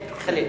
תיכלל.